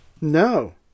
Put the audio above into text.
No